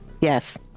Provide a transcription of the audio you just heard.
Yes